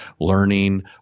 learning